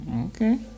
Okay